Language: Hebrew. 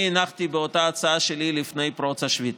הנחתי באותה הצעה שלי לפני פרוץ השביתה.